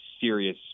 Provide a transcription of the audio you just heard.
serious